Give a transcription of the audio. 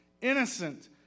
innocent